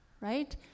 right